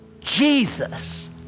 Jesus